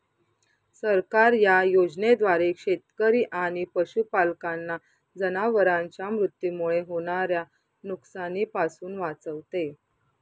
सरकार या योजनेद्वारे शेतकरी आणि पशुपालकांना जनावरांच्या मृत्यूमुळे होणाऱ्या नुकसानीपासून वाचवते